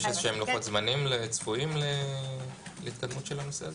יש איזשהם לוחות זמנים צפויים להתקדמות של הנושא הזה?